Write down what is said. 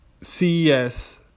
CES